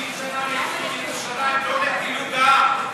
50 שנה לאיחוד ירושלים, לא לפילוג העם.